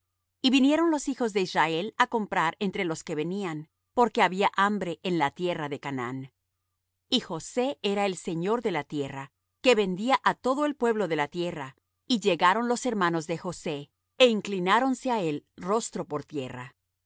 y vinieron los hijos de israel á comprar entre los que venían porque había hambre en la tierra de canaán y josé era el señor de la tierra que vendía á todo el pueblo de la tierra y llegaron los hermanos de josé é inclináronse á él rostro por tierra y